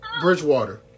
Bridgewater